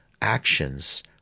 actions